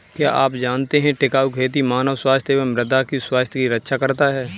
क्या आप जानते है टिकाऊ खेती मानव स्वास्थ्य एवं मृदा की स्वास्थ्य की रक्षा करता हैं?